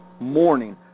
morning